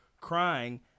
crying